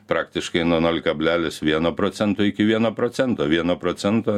praktiškai nuo nol kablelis vieno procento iki vieno procento vieno procento